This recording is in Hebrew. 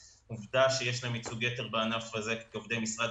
העובדה שיש להן ייצוג יתר כעובדות משרד